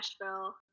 Nashville